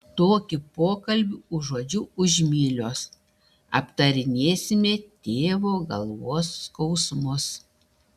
tokį pokalbį užuodžiu už mylios aptarinėsime tėvo galvos skausmus